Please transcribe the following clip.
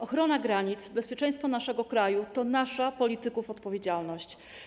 Ochrona granic, bezpieczeństwo naszego kraju to nasza, polityków, odpowiedzialność.